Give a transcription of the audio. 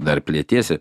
dar pletiesi